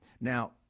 Now